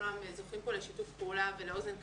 כולם זוכים פה לשיתוף פעולה ולאוזן קשבת.